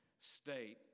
state